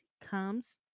comes